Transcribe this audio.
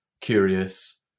curious